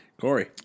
Corey